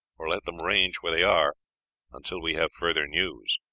or let them range where they are until we have further news.